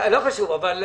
אני